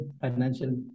financial